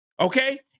okay